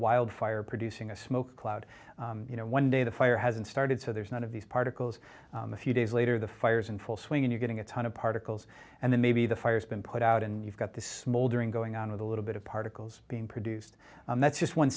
wildfire producing a smoke cloud you know one day the fire hasn't started so there's none of these particles a few days later the fires in full swing and you're getting a ton of particles and then maybe the fire's been put out and you've got the smoldering going on with a little bit of particles being produced and that's just one